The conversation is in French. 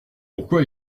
pourquoi